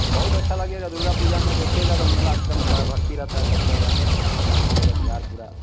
बहुत अच्छा लगेगा दुर्गा पूजा में देखिएगा तो मेला एकदम भया भर्ती रहता है सब जगह एकदम हम लोग का बिहार पूरा